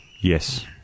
Yes